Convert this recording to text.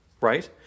right